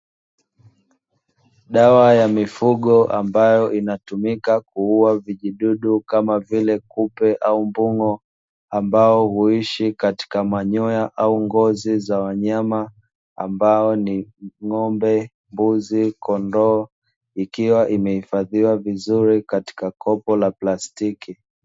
Dawa ya mifugo ambayo inatumika kuua vidudu kama vile; kupe au mbungo ambao huishi katika manyoya au ngozi za wanyama ambao ni ng'ombe, mbuzi, kondoo ikiwa imehifadhiwa vizuri katika kopo la plastiki.